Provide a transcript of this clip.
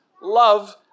love